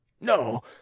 No